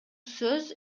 сөз